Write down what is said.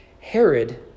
Herod